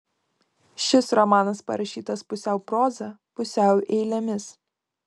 šis romanas parašytas pusiau proza pusiau eilėmis